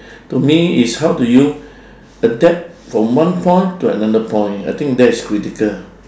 to me is how do you adapt from one point to another point I think that is critical